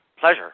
pleasure